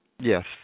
Yes